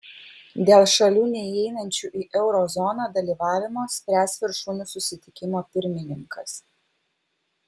dėl šalių neįeinančių į euro zoną dalyvavimo spręs viršūnių susitikimo pirmininkas